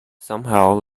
somehow